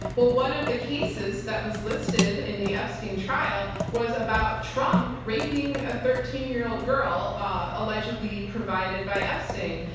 well, one of the cases that was listed in the epstein trial was about trump raping a thirteen year old girl allegedly provided by epstein.